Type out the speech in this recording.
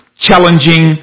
challenging